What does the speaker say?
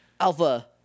Alpha—